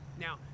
Now